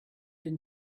been